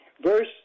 verse